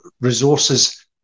resources